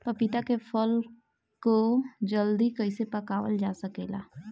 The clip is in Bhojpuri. पपिता के फल को जल्दी कइसे पकावल जा सकेला?